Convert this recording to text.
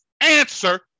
answer